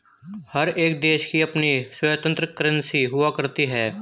हर एक देश की अपनी स्वतन्त्र करेंसी हुआ करती है